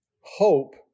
Hope